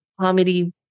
comedy